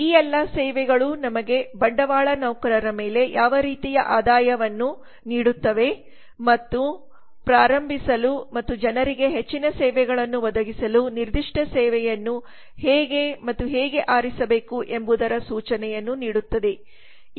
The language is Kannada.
ಈ ಎಲ್ಲಾ ಸೇವೆಗಳುನಮಗೆ ಬಂಡವಾಳ ನೌಕರರ ಮೇಲೆ ಯಾವ ರೀತಿಯ ಆದಾಯವನ್ನು ನೀಡುತ್ತವೆ ಮತ್ತು 2019 ಪ್ರಾರಂಭಿಸಲು ಮತ್ತು ಜನರಿಗೆ ಹೆಚ್ಚಿನ ಸೇವೆಗಳನ್ನು ಒದಗಿಸಲು ನಿರ್ದಿಷ್ಟ ಸೇವೆಯನ್ನು ಹೇಗೆ ಮತ್ತು ಹೇಗೆ ಆರಿಸಬೇಕು ಎಂಬುದರ ಸೂಚನೆಯನ್ನುನೀಡುತ್ತದೆ